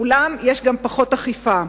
אולם יש גם פחות אכיפה.